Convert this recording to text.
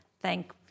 thank